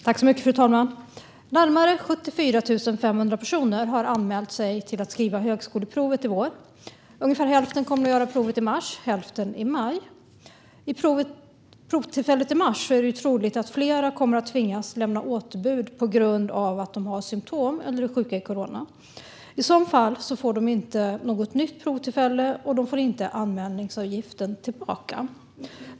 Fru talman! Närmare 74 500 personer har anmält sig till att skriva högskoleprovet i vår. Ungefär hälften kommer att göra provet i mars, hälften i maj. Vid provtillfället i mars är det troligt att flera kommer att tvingas lämna återbud på grund av att de har symtom eller är sjuka i corona. I så fall får de inte något nytt provtillfälle, och de får heller inte anmälningsavgiften tillbaka.